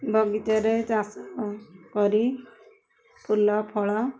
ବଗିଚାରେ ଚାଷ କରି ଫୁଲ ଫଳ